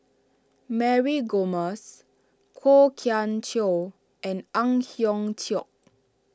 Mary Gomes Kwok Kian Chow and Ang Hiong Chiok